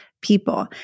people